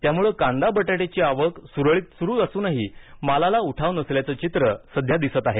त्यामुळे कांदा बटाट्याची आवक सुरळित सुरू असूनही मालाला उठाव नसल्याचं चित्र सध्या दिसत आहे